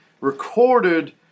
recorded